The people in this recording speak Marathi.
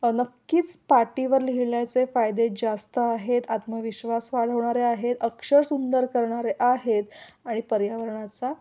नक्कीच पाटीवर लिहिण्याचे फायदे जास्त आहेत आत्मविश्वास वाढवणारे आहेत अक्षर सुंदर करणारे आहेत आणि पर्यावरणाचा